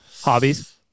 Hobbies